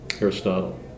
Aristotle